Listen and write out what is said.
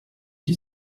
die